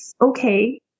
okay